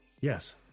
Yes